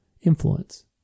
influence